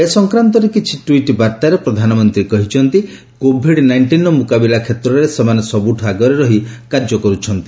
ଏ ସଂକ୍ରାନ୍ତରେ କିଛି ଟ୍ୱିଟ୍ ବାର୍ତ୍ତାରେ ପ୍ରଧାନମନ୍ତ୍ରୀ କହିଛନ୍ତି କୋଭିଡ୍ ନାଇଷ୍ଟିନ୍ର ମୁକାବିଲା କ୍ଷେତ୍ରରେ ସେମାନେ ସବୁଠୁ ଆଗରେ ରହି କାର୍ଯ୍ୟ କରୁଛନ୍ତି